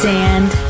Sand